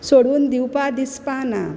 सोडून दिवपा दिसपा ना